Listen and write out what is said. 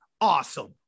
awesome